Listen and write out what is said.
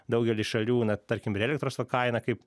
daugely šalių na tarkim ir elektros va kaina kaip